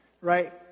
right